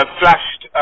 flashed